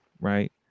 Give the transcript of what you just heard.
right